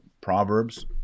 Proverbs